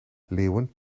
leeuwen